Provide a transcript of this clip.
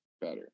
better